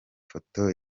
foto